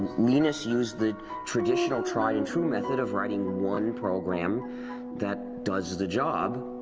linus used the traditional tried-and-true method of writing one program that does the job,